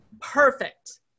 Perfect